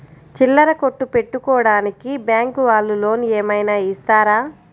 చిల్లర కొట్టు పెట్టుకోడానికి బ్యాంకు వాళ్ళు లోన్ ఏమైనా ఇస్తారా?